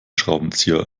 schraubenzieher